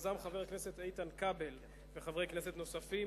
יזמו חבר הכנסת איתן כבל וחברי כנסת נוספים,